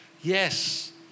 yes